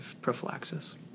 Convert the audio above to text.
prophylaxis